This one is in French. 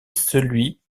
celui